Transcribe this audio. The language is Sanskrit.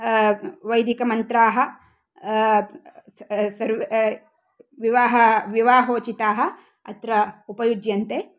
वैदिकमन्त्राः विवाह विवाहोचिताः अत्र उपयुज्यन्ते